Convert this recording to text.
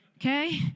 okay